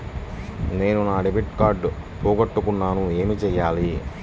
నేను నా debit card పోగొట్టుకున్నాను ఏమి చేయాలి?